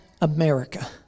America